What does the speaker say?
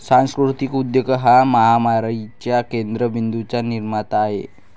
सांस्कृतिक उद्योजक हा महामारीच्या केंद्र बिंदूंचा निर्माता आहे